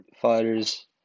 fighters